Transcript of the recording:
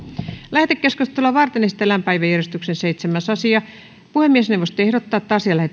lähetekeskustelua varten esitellään päiväjärjestyksen seitsemäs asia puhemiesneuvosto ehdottaa